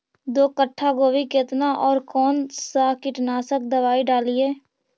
दो कट्ठा गोभी केतना और कौन सा कीटनाशक दवाई डालिए?